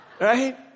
Right